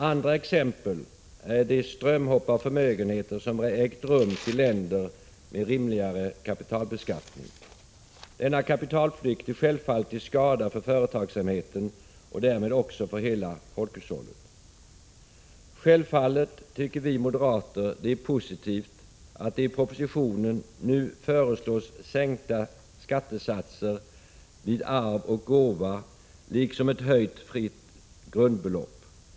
Andra exempel är de strömhopp av förmögenheter som har ägt rum till länder med en därmed rimligare kapitalbeskattning. Denna kapitalflykt är självfallet till skada för företagsamheten och därmed också för hela folkhushållet. Självfallet tycker vi moderater att det är positivt att det i propositionen nu föreslås sänkta skattesatser vid arv och gåva liksom ett höjt fritt grundbelopp.